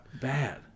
bad